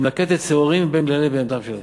שהיא מלקטת שעורים בין גללי בהמותיהם של הערבים,